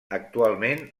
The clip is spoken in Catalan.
actualment